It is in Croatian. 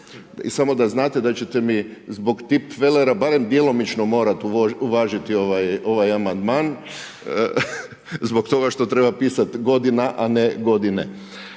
Samo da znate da ćete mi zbog tipfelera barem djelomično morat uvažiti ovaj amandman, zbog toga što treba pisati godina, a ne godine.